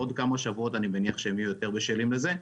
בעוד כמה שבועות אני מניח שהם יהיו יותר בשלים לזה.